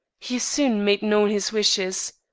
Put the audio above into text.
he soon made known his wishes.